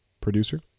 Producer